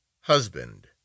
Husband